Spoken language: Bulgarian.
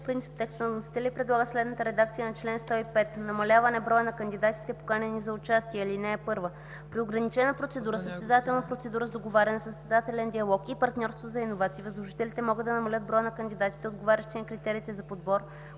принцип текста на вносителя и предлага следната редакция на чл. 105: „Намаляване броя на кандидатите, поканени за участие Чл. 105. (1) При ограничена процедура, състезателна процедура с договаряне, състезателен диалог и партньорство за иновации възложителите могат да намаляват броя на кандидатите, отговарящи на критериите за подбор,